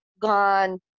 gone